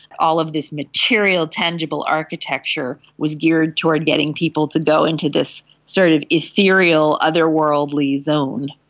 all of this material tangible architecture was geared toward getting people to go into this sort of ethereal otherworldly zone.